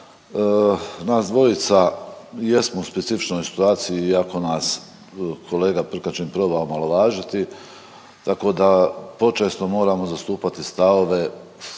nas dvojica jesmo u specifičnoj situaciji iako nas kolega Prkačin probao omalovažiti, tako da počesto moramo zastupati stavove